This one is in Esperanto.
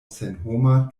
senhoma